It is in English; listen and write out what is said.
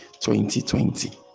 2020